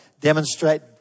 demonstrate